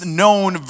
known